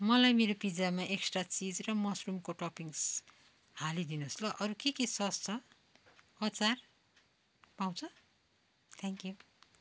मलाई मेरो पिज्जामा एक्स्ट्रा चिज र मसरुमको टपिन्स हालिदिनोस् ल अरू के के सस् छ अचार पाउँछ थ्याङ्क यु